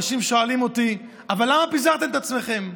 אנשים שואלים אותי: למה פיזרתם את עצמכם?